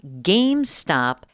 GameStop